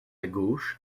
gauche